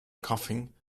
coughing